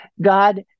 God